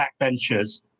backbenchers